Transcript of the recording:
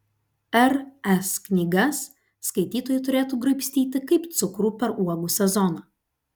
r s knygas skaitytojai turėtų graibstyti kaip cukrų per uogų sezoną